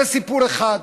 זה סיפור אחד.